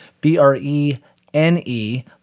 B-R-E-N-E